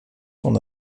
son